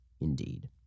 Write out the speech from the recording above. Indeed